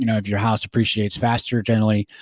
you know if your house appreciates faster, generally